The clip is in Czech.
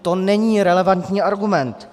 To není relevantní argument.